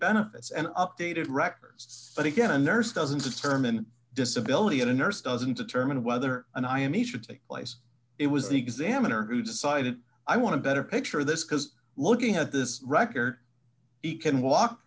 benefits and updated records but again a nurse doesn't determine disability and a nurse doesn't determine whether an i am he should take place it was the examiner who decided i want to better picture this because looking at this record he can walk